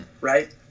Right